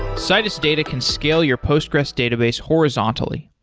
citus data can scale your postgres database horizontally.